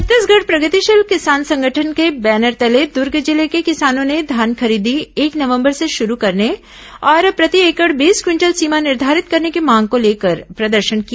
छत्तीसगढ़ प्रगतिशील किसान संगठन के बैनर तले दूर्ग जिले के किसानों ने धान खरीदी एक नवंबर से शुरू करने और प्रति एकड़ बीस क्विंटल सीमा निर्धारित करने की मांग को लेकर प्रदर्शन किया